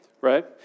Right